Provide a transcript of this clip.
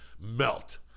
melt